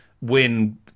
win